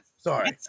Sorry